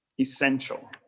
essential